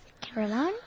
Caroline